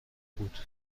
بود